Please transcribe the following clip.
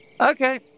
Okay